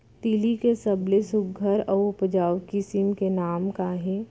तिलि के सबले सुघ्घर अऊ उपजाऊ किसिम के नाम का हे?